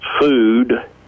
food